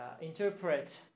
interpret